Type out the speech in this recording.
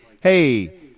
hey